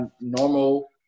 normal